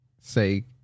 say